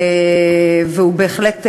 והוא בהחלט מבורך,